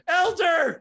elder